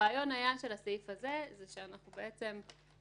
הרעיון של הסעיף הזה היה שאנחנו מבינים